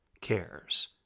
cares